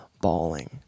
bawling